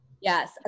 yes